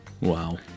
Wow